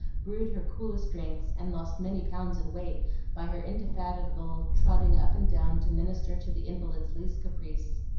brewed her coolest drinks, and lost many pounds in weight by her indefatigable trotting up and down to minister to the invalid's least caprice.